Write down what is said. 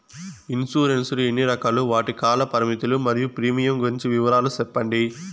Insurance లు ఎన్ని రకాలు? వాటి కాల పరిమితులు మరియు ప్రీమియం గురించి వివరాలు సెప్పండి?